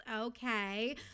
Okay